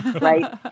right